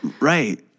Right